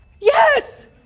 Yes